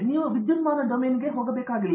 ನೀವು ವಿದ್ಯುನ್ಮಾನ ಡೊಮೇನ್ಗೆ ಹೋಗಬೇಕಾಗಿಲ್ಲ